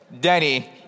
Denny